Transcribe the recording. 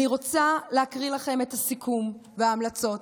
אני רוצה להקריא לכם את הסיכום וההמלצות,